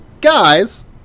guys